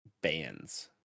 bands